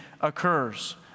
occurs